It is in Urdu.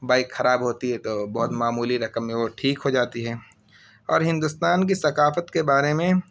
بائیک خراب ہوتی ہے تو بہت معمولی رقم میں وہ ٹھیک ہو جاتی ہیں اور ہندوستان کی ثقافت کے بارے میں